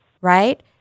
right